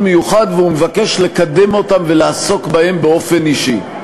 מיוחד והוא מבקש לקדם אותם ולעסוק בהם באופן אישי.